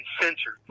censored